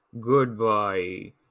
Goodbye